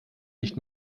nicht